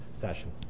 session